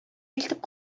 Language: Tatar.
илтеп